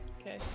Okay